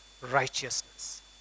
righteousness